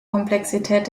komplexität